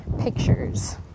pictures